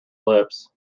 lips